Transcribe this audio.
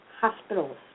hospitals